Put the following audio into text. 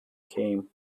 came